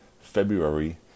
February